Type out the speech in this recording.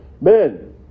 Men